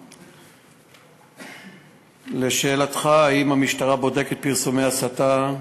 1. לשאלתך אם המשטרה בודקת פרסומי הסתה,